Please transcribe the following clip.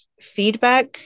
feedback